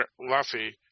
Luffy